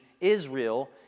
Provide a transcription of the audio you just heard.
Israel